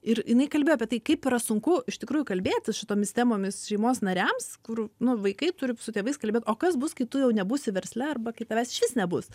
ir jinai kalbėjo apie tai kaip yra sunku iš tikrųjų kalbėtis šitomis temomis šeimos nariams kur nu vaikai turi su tėvais kalbėt o kas bus kai tu jau nebūsi versle arba kai tavęs išvis nebus